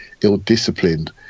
ill-disciplined